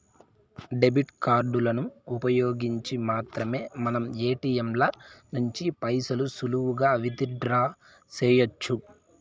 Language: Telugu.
డెబిట్ కార్డులను ఉపయోగించి మాత్రమే మనం ఏటియంల నుంచి పైసలు సులువుగా విత్ డ్రా సెయ్యొచ్చు